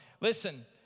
Listen